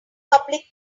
public